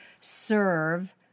serve